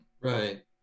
Right